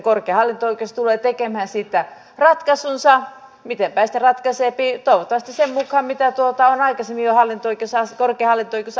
korkein hallinto oikeus tulee tekemään siitä ratkaisunsa miten päin sitten ratkaiseepi toivottavasti sen mukaan mitä jo aikaisemmin on korkein hallinto oikeus asiasta ratkaissut